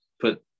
put